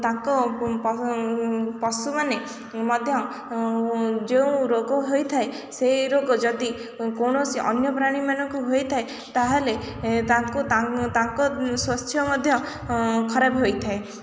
ତାଙ୍କ ପଶୁମାନେ ମଧ୍ୟ ଯେଉଁ ରୋଗ ହୋଇଥାଏ ସେଇ ରୋଗ ଯଦି କୌଣସି ଅନ୍ୟ ପ୍ରାଣୀମାନଙ୍କୁ ହୋଇଥାଏ ତାହେଲେ ତାଙ୍କୁ ତାଙ୍କ ସ୍ୱାସ୍ଥ୍ୟ ମଧ୍ୟ ଖରାପ ହୋଇଥାଏ